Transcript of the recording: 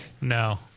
No